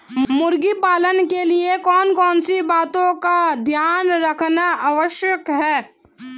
मुर्गी पालन के लिए कौन कौन सी बातों का ध्यान रखना आवश्यक है?